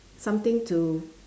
something to